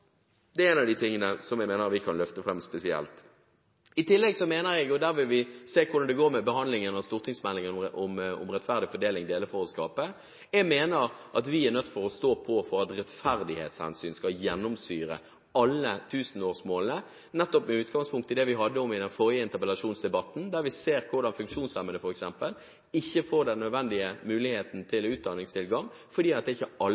jobbe for en grønnere verden. Det er en av de tingene som jeg mener vi kan løfte fram spesielt. I tillegg mener jeg – og der vil vi se hvordan det går med behandlingen av stortingsmeldingen om rettferdig fordeling, Dele for å skape – at vi må stå på for at rettferdighetshensyn skal gjennomsyre alle tusenårsmålene, nettopp med utgangspunkt i det tema vi hadde i den forrige interpellasjonsdebatten, der vi så hvordan f.eks. funksjonshemmede ikke får den nødvendige muligheten til utdanningstilgang fordi ikke alle adresseres. Vi ser at